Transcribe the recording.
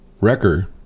Wrecker